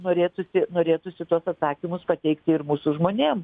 norėtųsi norėtųsi tuos atsakymus pateikti ir mūsų žmonėm